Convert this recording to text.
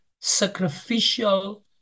sacrificial